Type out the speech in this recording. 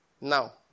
Now